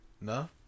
No